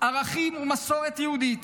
ערכים ומסורת יהודית